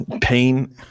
pain